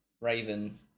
Raven